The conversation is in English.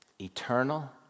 eternal